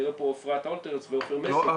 אני רואה את אפרת אלטהולץ ואת עופר מסינג,